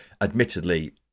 Admittedly